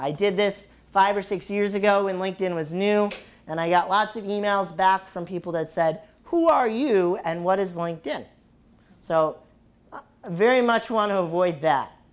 i did this five or six years ago when linked in was new and i got lots of emails back from people that said who are you and what is linked in so very much want to avoid that